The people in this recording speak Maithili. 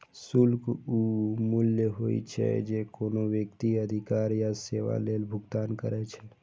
शुल्क ऊ मूल्य होइ छै, जे कोनो व्यक्ति अधिकार या सेवा लेल भुगतान करै छै